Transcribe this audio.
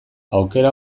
aukera